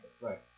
Right